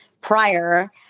prior